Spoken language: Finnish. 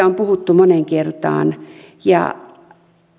on puhuttu moneen kertaan ja